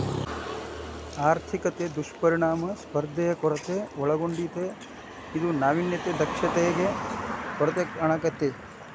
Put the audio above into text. ಆರ್ಥಿಕತೆ ದುಷ್ಪರಿಣಾಮ ಸ್ಪರ್ಧೆಯ ಕೊರತೆ ಒಳಗೊಂಡತೇ ಇದು ನಾವಿನ್ಯತೆ ಮತ್ತ ದಕ್ಷತೆ ಕೊರತೆಗೆ ಕಾರಣಾಕ್ಕೆತಿ